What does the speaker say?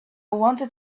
wanted